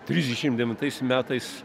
trisdešimt devintais metais